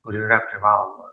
kur yra privaloma